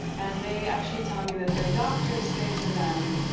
and they actually tell me that their doctors say to them,